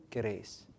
grace